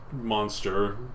monster